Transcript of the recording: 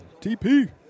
TP